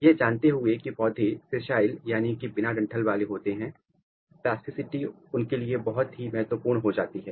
यह जानते हुए कि पौधे सिसाइल यानी कि बिना डंठल वाले होते हैं प्लास्टिसिटी उनके लिए बहुत ही महत्वपूर्ण हो जाती है